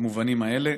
במובנים האלה.